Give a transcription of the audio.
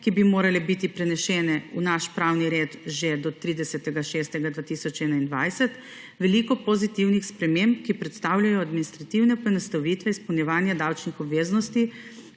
ki bi morale biti prenesene v naš pravni red že do 30. 6. 2021, veliko pozitivnih sprememb, ki predstavljajo administrativne poenostavitve izpolnjevanja davčnih obveznosti,